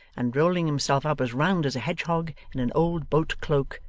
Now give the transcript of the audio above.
and rolling himself up as round as a hedgehog, in an old boat-cloak,